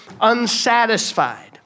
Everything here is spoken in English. unsatisfied